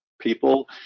people